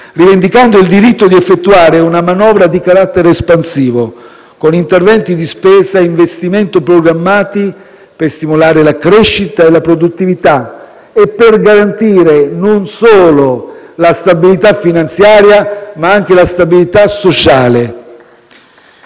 rivendicando il diritto di effettuare una manovra di carattere espansivo, con interventi di spesa e investimenti programmati per stimolare la crescita e la produttività e per garantire la stabilità non solo finanziaria, ma anche sociale.